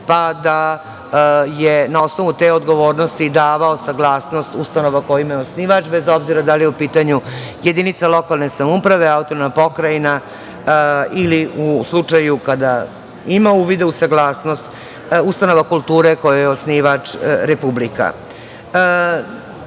pa da je na osnovu te odgovornosti davao saglasnost ustanova kojima je osnivač, bez obzira da li je u pitanju jedinica lokalne samouprave, autonomna pokrajina ili, u slučaju kada ima uvide u saglasnost, ustanova kulture kojoj je osnivač Republika. Zakon